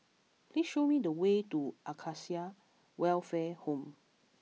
please show me the way to Acacia Welfare Home